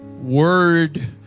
word